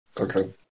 Okay